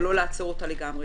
אבל לא לעצור אותה לגמרי.